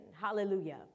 Hallelujah